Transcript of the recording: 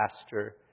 pastor